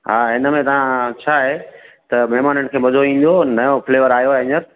हा हिनमें तव्हां छा आहे त महिमाननि खे मजो ईंदो नयों फ़्लेवर आयो आहे हीअंर